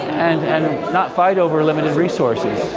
and and not fight over limited resources.